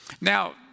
Now